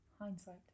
hindsight